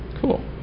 Cool